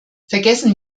vergessen